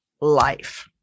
life